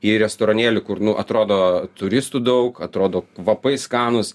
į restoranėlį kur nu atrodo turistų daug atrodo kvapai skanūs